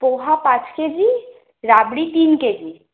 পোহা পাঁচ কেজি রাবড়ি তিন কেজি